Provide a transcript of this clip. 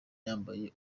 yambaye